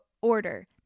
order